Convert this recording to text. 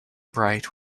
bright